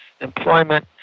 employment